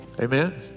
amen